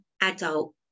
adult